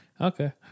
Okay